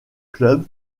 club